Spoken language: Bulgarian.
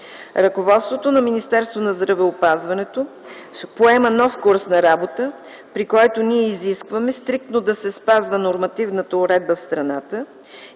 Ръководството на Министерството на здравеопазването поема нов курс на работа, при който ние изискваме стриктно да се спазва нормативната уредба в страната